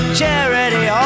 charity